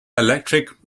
electric